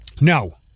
No